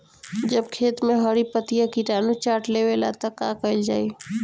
जब खेत मे हरी पतीया किटानु चाट लेवेला तऽ का कईल जाई?